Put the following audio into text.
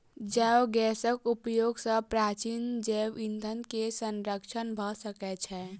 जैव गैसक उपयोग सॅ प्राचीन जैव ईंधन के संरक्षण भ सकै छै